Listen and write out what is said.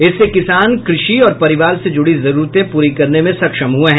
इससे किसान कृषि और परिवार से जुड़ी जरूरतें पूरी करने में सक्षम हुए हैं